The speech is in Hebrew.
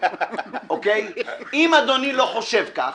אם אדוני לא חושב כך,